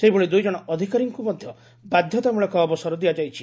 ସେହିଭଳି ଦୁଇଜଣ ଅଧିକାରୀଙ୍କୁ ମଧ୍ଧ ବାଧତାମ୍ଟଳକ ଅବସର ଦିଆଯାଇଛି